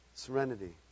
Serenity